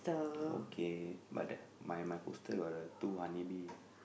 okay brother my my poster got the two honey bee